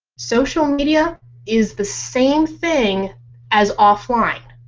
social media is the same thing as offline.